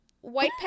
white